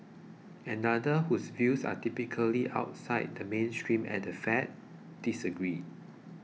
another whose views are typically outside the mainstream at the Fed disagreed